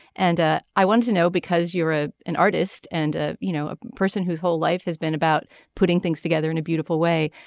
and ah i want to know because you're ah an artist and ah you know a person whose whole life has been about putting things together in a beautiful way.